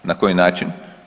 Na koji način?